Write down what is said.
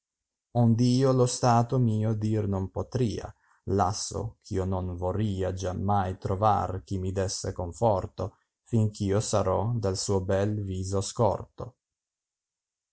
ond io lo stato mio dir non potrìa lasso eh io non vorrìa giammai trovar chi mi desse conforto finch io sarò dal suo bel viso scorto